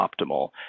optimal